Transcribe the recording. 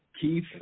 Keith